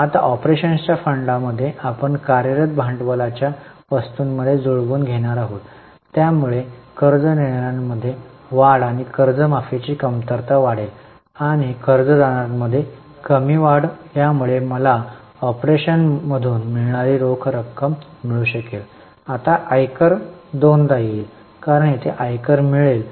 आता ऑपरेशन्सच्या फंडामध्ये आपण कार्यरत भांडवलाच्या वस्तूंमध्ये जुळवून घेणार आहोत त्यामुळे कर्ज देणाऱ्यामध्ये वाढ आणि कर्जमाफीची कमतरता वाढेल आणि कर्जदारांमध्ये कमी वाढ यामुळे मला ऑपरेशन मधून मिळणारी रोख मिळू शकेल आता आयकर दोनदा येईल कारण येथे आयकर मिळेल